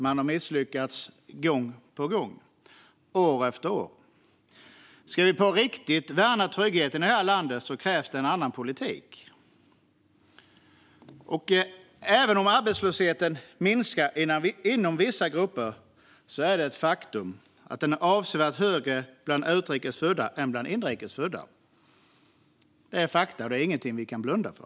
Man har misslyckats gång på gång, år efter år. Ska vi på riktigt värna tryggheten i det här landet krävs det en annan politik. Även om arbetslösheten minskar inom vissa grupper är det ett faktum att den är avsevärt högre bland utrikes födda än bland inrikes födda. Det är fakta och ingenting som vi kan blunda för.